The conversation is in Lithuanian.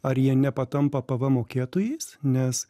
ar jie nepatampa pvm mokėtojais nes